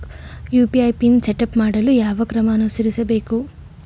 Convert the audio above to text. UPI PIN setup ಮಾಡಲು ಯಾವ ಕ್ರಮ ಅನುಸರಿಸಬೇಕು?